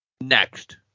next